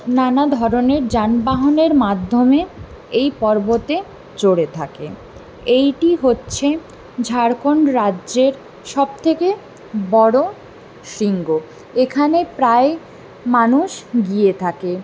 নানা ধরণের যানবাহনের মাধ্যমে এই পর্বতে চড়ে থাকে এইটি হচ্ছে ঝারখন্ড রাজ্যের সবথেকে বড়ো শৃঙ্গ এখানে প্রায় মানুষ গিয়ে থাকে